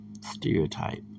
stereotype